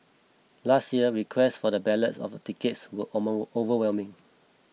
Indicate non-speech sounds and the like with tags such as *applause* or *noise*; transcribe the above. last year request for the ballots of the tickets was *unintelligible* overwhelming